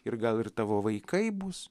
ir gal ir tavo vaikai bus